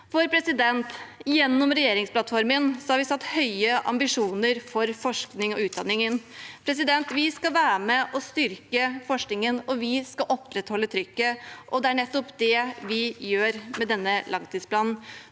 urimelighet. Gjennom regjeringsplattformen har vi satt høye ambisjoner for forskning og utdanning. Vi skal være med og styrke forskningen, og vi skal opprettholde trykket. Det er nettopp det vi gjør med denne langtidsplanen.